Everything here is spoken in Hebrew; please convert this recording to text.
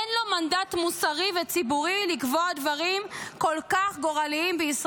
אין לו מנדט מוסרי וציבורי לקבוע דברים כל כך גורליים ---,